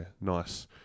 nice